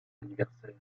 anniversaire